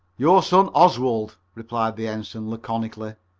your son oswald, replied the ensign laconically.